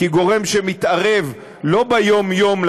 כגורם שמתערב לא ביום-יום,